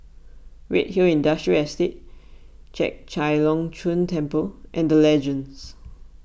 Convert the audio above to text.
Redhill Industrial Estate Chek Chai Long Chuen Temple and the Legends